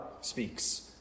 speaks